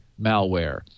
malware